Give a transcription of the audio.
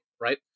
right